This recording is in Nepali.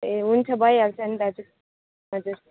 ए हुन्छ भइहाल्छ नि दाजु हजुर